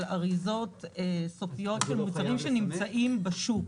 אריזות סופיות של מוצרים שנמצאים בשוק.